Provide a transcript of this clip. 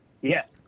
Yes